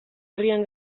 herrian